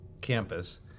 campus